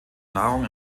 nahrung